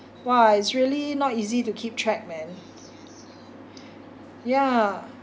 !wah! it's really not easy to keep track man yeah